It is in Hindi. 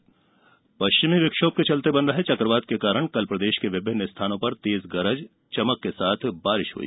मौसम पश्चिमी विक्षोभ के चलते बन रहे चक्रवात के कारण कल प्रदेश के विभिन्न स्थानों पर तेज गरज चमक के साथ बारिश हई